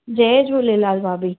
जय झूलेलाल भाभी